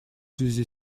связи